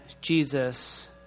Jesus